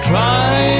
Try